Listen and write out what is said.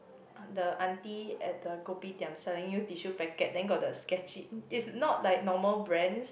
uh the aunty at the kopitiam selling you tissue packet then got the sketchy it's not like normal brands